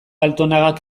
altonagak